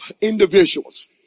individuals